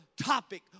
topic